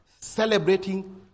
celebrating